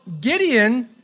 Gideon